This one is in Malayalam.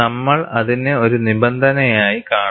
നമ്മൾ അതിനെ ഒരു നിബന്ധനയായി കാണും